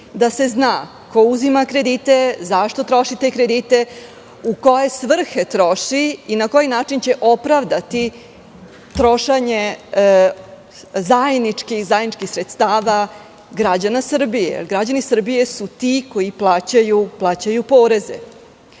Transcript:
da se zna ko uzima kredite, zašto troši te kredite, u koje svrhe troši i na koji način će opravdati trošenje zajedničkih sredstava građana Srbije. Jer, građani Srbije su ti koji plaćaju poreze. Prema